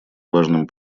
важным